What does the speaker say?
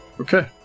Okay